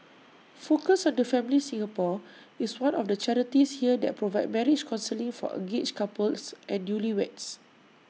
focus on the family Singapore is one of the charities here that provide marriage counselling for engaged couples and newlyweds